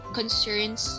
concerns